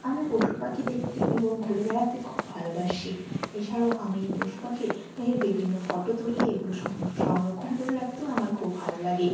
আমি পশু পাখি দেখতে এবং ঘুরে বেড়াতে খুব ভালোবাসি এছাড়াও আমি পশু পাখি এর বিভিন্ন ফটো তুলি এগুলো সংরক্ষণও করে রাখতেও আমার খুব ভালো লাগে